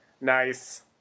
Nice